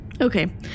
Okay